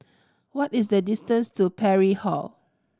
what is the distance to Parry Hall